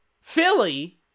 philly